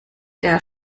der